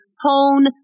hone